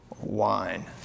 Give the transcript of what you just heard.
wine